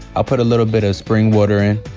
i'll put a little bit of spring water in,